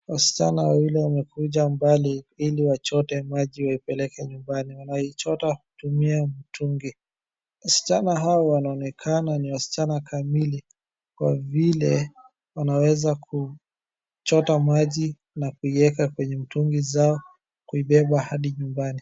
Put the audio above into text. Wasichana wawili wamekuja mbali ili wachote maji waipeleke nyumbani. Wanaichota kutumia mtungi. Wasichana hao wanaonekana ni wasichana kamili Kwa vile wanaweza kuchota maji na kuieka kwenye mitungi zao kuibeba hadi nyumbani.